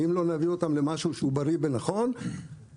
אם לא נביא אותם למשהו שהוא בריא ונכון אנחנו